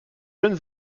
jeune